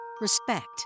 respect